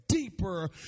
deeper